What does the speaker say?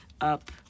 up